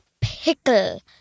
pickle